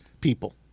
people